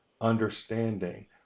understanding